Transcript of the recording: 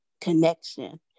connection